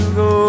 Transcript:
go